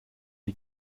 die